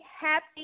happy